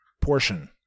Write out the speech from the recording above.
portion